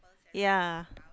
ya